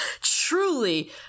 Truly